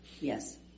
Yes